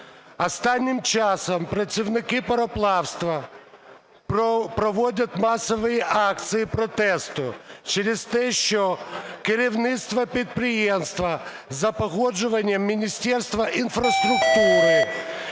Останнім часом працівники пароплавства проводять масові акції протесту через те, що керівництво підприємства за погоджуванням Міністерства інфраструктури